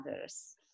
others